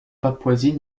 papouasie